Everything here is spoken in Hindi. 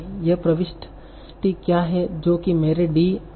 यह प्रविष्टि क्या है जो कि मेरी D 1 0 है